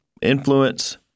influence